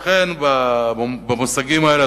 לכן במושגים האלה,